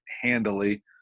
handily